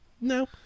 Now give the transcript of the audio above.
no